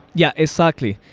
yeah, exactly.